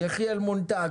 הגוונים.